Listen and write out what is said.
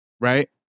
right